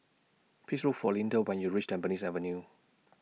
Please Look For Lynda when YOU REACH Tampines Avenue